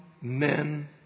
men